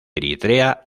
eritrea